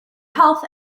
health